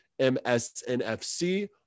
MSNFC